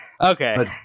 Okay